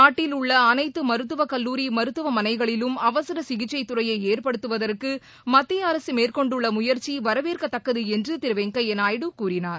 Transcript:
நாட்டில் உள்ள அனைத்து மருத்துவக்கல்லூரி மருத்துவமனைகளிலும் அவசர சிகிச்சை துறைய ஏற்படுத்துவதற்கு மத்தியஅரசு மேற்கொண்டுள்ள முயற்சி வரவேற்கத்தக்கது என்று திரு வெங்கய்யா நாயுடு கூறினார்